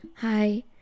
Hi